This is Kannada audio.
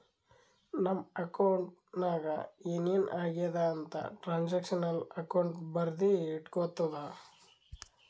ನಮ್ ಅಕೌಂಟ್ ನಾಗ್ ಏನ್ ಏನ್ ಆಗ್ಯಾದ ಅಂತ್ ಟ್ರಾನ್ಸ್ಅಕ್ಷನಲ್ ಅಕೌಂಟ್ ಬರ್ದಿ ಇಟ್ಗೋತುದ